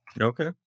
Okay